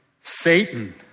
Satan